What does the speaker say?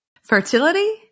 Fertility